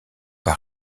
pas